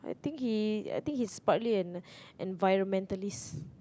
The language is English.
I think he I think he's partly an environmentalist